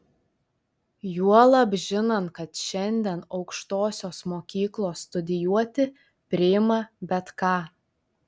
juolab žinant kad šiandien aukštosios mokyklos studijuoti priima bet ką